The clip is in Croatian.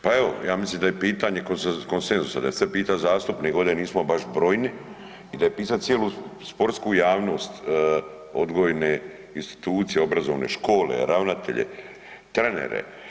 Pa evo, ja mislim da je pitanje konsenzusa, da se sad pita zastupnike ovdje nismo baš brojni, i da je pitati cijelu sportsku javnost, odgojne institucije, obrazovne, škole, ravnatelje, trenere.